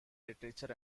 literature